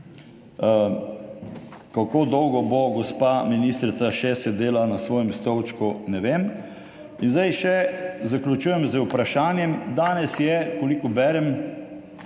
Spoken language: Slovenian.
Kako dolgo bo gospa ministrica še sedela na svojem stolčku, ne vem. In zdaj še zaključujem z vprašanjem. Danes je, kolikor berem,